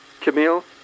Camille